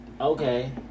Okay